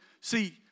see